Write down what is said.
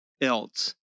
else